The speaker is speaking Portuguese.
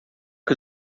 que